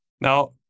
Now